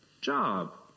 job